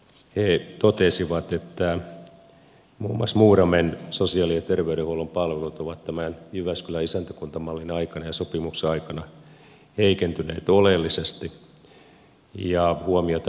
he totesivat että muun muassa muuramen sosiaali ja terveydenhuollon palvelut ovat tämän jyväskylä isäntäkuntamallin aikana ja sopimuksen aikana heikentyneet oleellisesti